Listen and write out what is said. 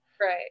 right